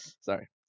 Sorry